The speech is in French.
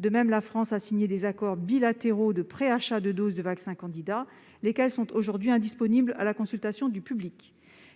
De même, la France a signé des accords bilatéraux de préachat de doses de vaccins candidats, lesquels sont aujourd'hui indisponibles à la consultation du public.